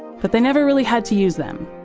but they never really had to use them,